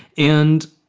and,